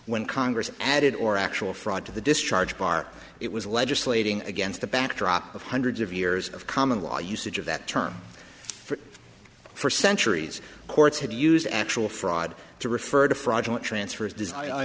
when congress added or actual fraud to the discharge bar it was legislating against the backdrop of hundreds of years of common law usage of that term for centuries courts have used actual fraud to refer to fraudulent transfers d